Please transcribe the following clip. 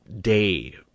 day